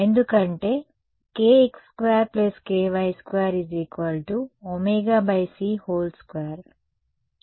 ఎందుకంటే kx2 ky2 c2